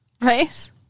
Right